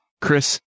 Chris